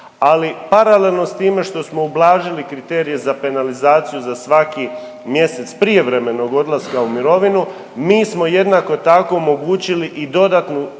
ali paralelno s time što smo ublažili kriterije za penalizaciju za svaki mjesec prijevremenog odlaska u mirovinu mi smo jednako tako omogućili i dodatnu